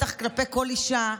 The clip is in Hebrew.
בטח כלפי כל אישה,